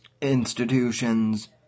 institutions